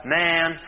man